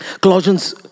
Colossians